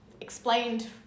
explained